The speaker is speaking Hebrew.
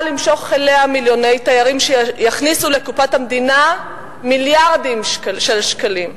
למשוך אליה מיליוני תיירים שיכניסו לקופת המדינה מיליארדים של שקלים.